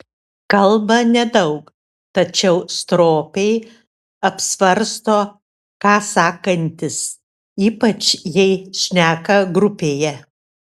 kalba nedaug tačiau stropiai apsvarsto ką sakantis ypač jei šneka grupėje